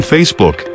Facebook